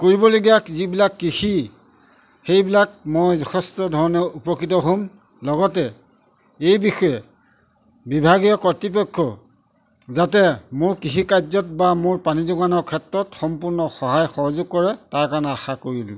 কৰিবলগীয়া যিবিলাক কৃষি সেইবিলাক মই যথেষ্ট ধৰণে উপকৃত হ'ম লগতে এই বিষয়ে বিভাগীয় কৰ্তৃপক্ষ যাতে মোৰ কৃষি কাৰ্যত বা মোৰ পানী যোগানৰ ক্ষেত্ৰত সম্পূৰ্ণ সহায় সহযোগ কৰে তাৰ কাৰণে আশা কৰিলোঁ